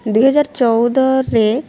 ଦୁଇହଜାର ଚଉଦରେ